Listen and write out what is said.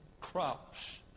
crops